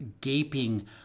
gaping